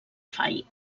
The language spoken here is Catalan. fai